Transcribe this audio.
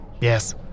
Yes